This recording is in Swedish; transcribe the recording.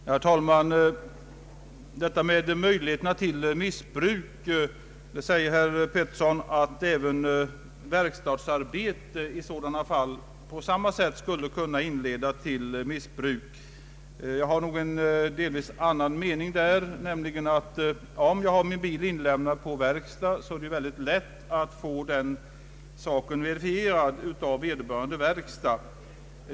Herr talman! Beträffande möjligheterna till missbruk säger herr Karl Pettersson att även verkstadsarbete på samma sätt skulle kunna inleda till missbruk. Jag har nog en helt annan mening. Har jag min bil inlämnad på verkstad, är det lätt att få den saken verifierad av vederbörande verkstad.